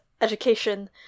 education